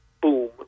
boom